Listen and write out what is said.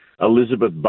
Elizabeth